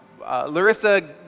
Larissa